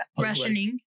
rationing